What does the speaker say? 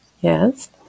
Yes